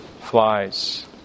flies